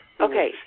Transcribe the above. Okay